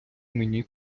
мені